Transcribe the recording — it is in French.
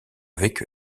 avec